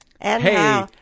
Hey